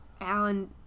Alan